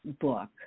book